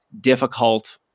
difficult